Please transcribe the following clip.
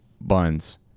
buns